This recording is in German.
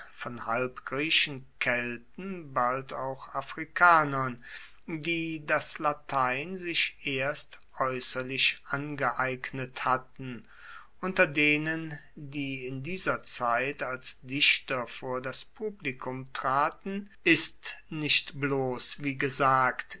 von halbgriechen kelten bald auch afrikanern die das latein sich erst aeusserlich angeeignet hatten unter denen die in dieser zeit als dichter vor das publikum traten ist nicht bloss wie gesagt